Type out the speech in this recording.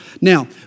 Now